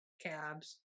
cabs